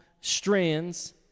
strands